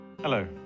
Hello